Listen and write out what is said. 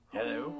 Hello